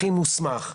הכי מוסמך.